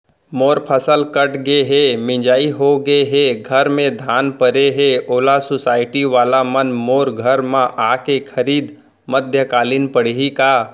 मोर फसल कट गे हे, मिंजाई हो गे हे, घर में धान परे हे, ओला सुसायटी वाला मन मोर घर म आके खरीद मध्यकालीन पड़ही का?